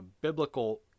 biblical